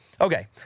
Okay